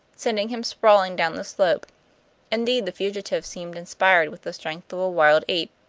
sending him sprawling down the slope indeed, the fugitive seemed inspired with the strength of a wild ape.